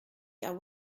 are